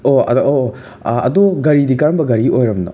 ꯑꯣ ꯑꯗꯣ ꯑꯣ ꯑꯣ ꯑꯗꯣ ꯒꯥꯔꯤꯗꯤ ꯀꯔꯝꯕ ꯒꯥꯔꯤ ꯑꯣꯏꯔꯕꯅꯣ